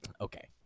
Okay